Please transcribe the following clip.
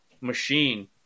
machine